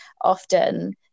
often